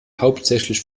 hauptsächlich